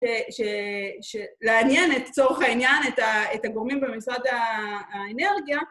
ש.. ש.. ש.. לעניין את צורך העניין, את ה.. את הגורמים במשרד ה.. האנרגיה.